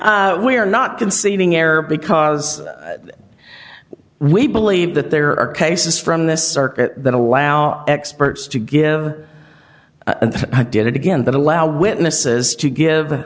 we are not conceding error because we believe that there are cases from this circuit that allow experts to give and i did it again that allow witnesses to give the